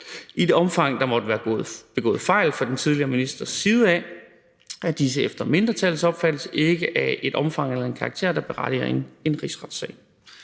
I det omfang, der måtte være begået fejl fra den tidligere ministers side, er disse efter mindretallets opfattelse ikke af et omfang eller af en karakter, der berettiger en rigsretssag.